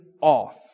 off